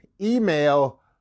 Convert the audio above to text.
email